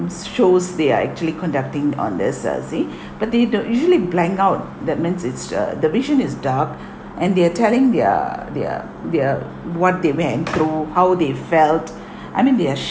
shows they are actually conducting on this uh see but they the usually blank out that means it's a the division is dark and they are telling their their their what they went through how they felt I mean they are